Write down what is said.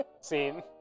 Scene